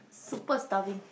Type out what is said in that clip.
super starving